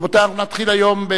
רבותי, אנחנו נתחיל היום,